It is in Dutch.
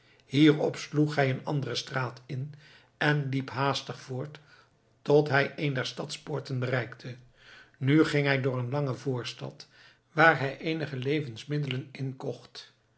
hierop sloeg hij een andere straat in en liep haastig voort tot hij een der stadspoorten bereikte nu ging hij door een lange voorstad waar hij eenige levensmiddelen inkocht